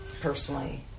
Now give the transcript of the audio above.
Personally